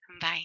bye